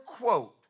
quote